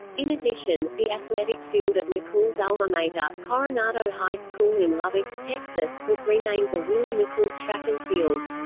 in addition, the athletic field at mccool's alma mater, coronado high school in lubbock, texas, was renamed the willie mccool track and field.